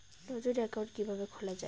নতুন একাউন্ট কিভাবে খোলা য়ায়?